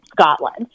Scotland